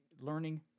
learning